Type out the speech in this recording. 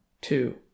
two